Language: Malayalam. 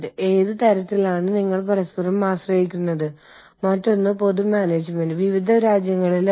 ഒരു ഓഫീസിൽ ഇരിക്കുന്ന ആളുകൾക്ക് ഉദാഹരണത്തിന് യുണൈറ്റഡ് കിംഗ്ഡത്തിൽ വ്യത്യസ്തമായ ആവശ്യങ്ങളുണ്ടാകും